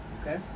okay